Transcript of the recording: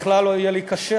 בכלל לא יהיה לי קשה,